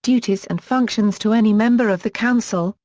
duties and functions to any member of the council,